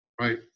right